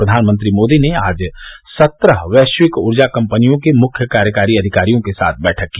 प्रधानमंत्री मोदी ने आज सत्रह वैश्विक ऊर्जा कम्पनियों के मुख्य कार्यकारी अधिकारियों के साथ बैठक की